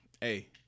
Hey